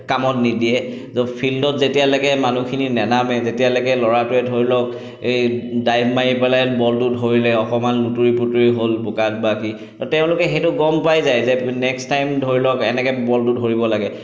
কামত নিদিয়ে য'ত ফিল্ডত যেতিয়ালৈকে মানুহখিনি নেনামে যেতিয়ালৈকে ল'ৰাটোৱে ধৰি লওক এই ড্ৰাইভ মাৰি পেলাই বলটো ধৰিলে অকণমান লুতুৰি পুতুৰি হ'ল বোকাত বা সি তো তেওঁলোকে সেইটো গম পাই যায় যে নেক্সট টাইম ধৰি লওক এনেকৈ বলটো ধৰি ল'ব লাগে